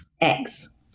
eggs